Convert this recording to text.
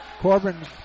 Corbin